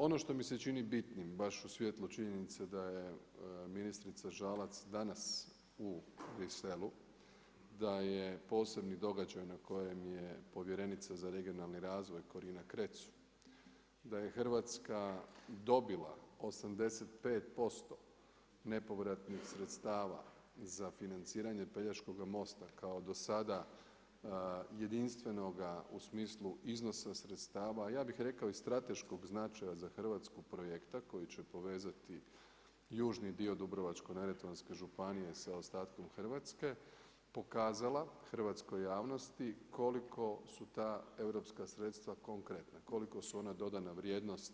Ono što mi se čini bitnim baš u svjetlu činjenice da je ministrica Žalac danas u Bruxellesu, da je posebni događaj na kojem je povjerenica za regionalni razvoj Corina Cretu, da je Hrvatska dobila 85% nepovratnih sredstava za financiranje Pelješkoga mosta kao do sada jedinstvenoga u smislu iznosa sredstava, a ja bih rekao i strateškog značaja za Hrvatsku projekta koji će povezati južni dio Dubrovačko-neretvanske županije sa ostatkom Hrvatske, pokazala hrvatskoj javnosti koliko su ta europska sredstva konkretna, koliko su ona dodana vrijednost